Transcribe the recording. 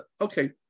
Okay